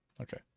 okay